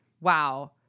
Wow